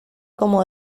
como